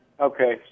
Okay